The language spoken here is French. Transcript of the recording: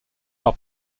par